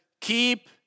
keep